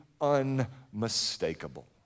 unmistakable